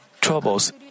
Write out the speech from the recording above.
troubles